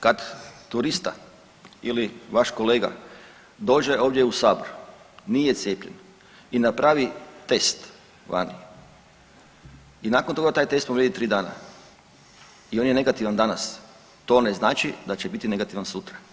Kad turista ili vaš kolega dođe ovdje u Sabor, nije cijepljen i napravi test vani i nakon toga taj test mu vrijedi 3 dana i on je negativan danas, to ne znači da će biti negativan sutra.